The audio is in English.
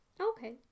okay